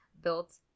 built